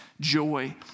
joy